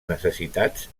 necessitats